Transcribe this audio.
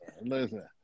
Listen